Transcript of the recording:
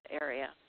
area